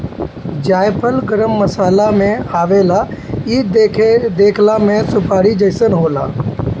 जायफल गरम मसाला में आवेला इ देखला में सुपारी जइसन होला